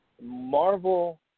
Marvel